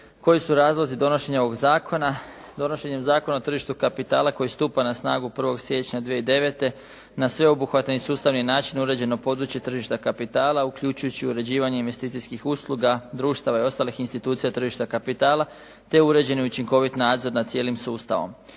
ovog zakona. Donošenjem Zakona o tržištu kapitala koji stupa na snagu 1. siječnja 2009. na sveobuhvatan i sustavni način uređeno područje tržišta kapitala uključujući uređivanje investicijskih usluga, društava i ostalih institucija tržišta kapitala te uređen i učinkovit nadzor nad cijelim sustavom.